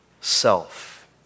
self